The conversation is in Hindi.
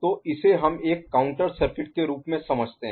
तो इसे हम एक काउंटर सर्किट के रूप में समझते हैं